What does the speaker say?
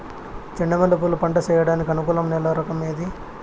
చెండు మల్లె పూలు పంట సేయడానికి అనుకూలం నేల రకం ఏది